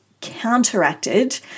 counteracted